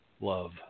love